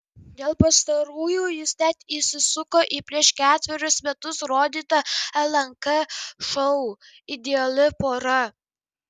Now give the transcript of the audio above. dėl pastarųjų jis net įsisuko į prieš ketverius metus rodytą lnk šou ideali pora